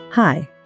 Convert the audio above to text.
Hi